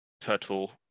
turtle